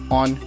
on